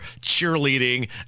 cheerleading